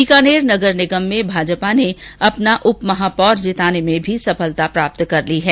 बीकानेर नगर निगम में भाजपा ने अपना उपमहापौर भी जिताने में सफलता प्राप्त कर ली है